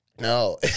No